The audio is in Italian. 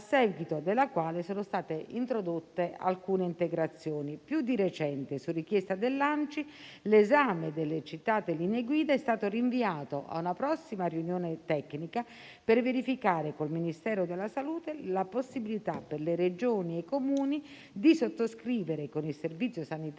a seguito della quale sono state introdotte alcune integrazioni. Più di recente, su richiesta dell'ANCI, l'esame delle citate linee guida è stato rinviato a una prossima riunione tecnica, per verificare con il Ministero della salute la possibilità, per le Regioni e i Comuni, di sottoscrivere specifiche convenzioni